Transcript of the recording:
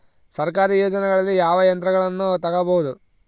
ಸರ್ಕಾರಿ ಯೋಜನೆಗಳಲ್ಲಿ ಯಾವ ಯಂತ್ರಗಳನ್ನ ತಗಬಹುದು?